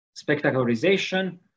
spectacularization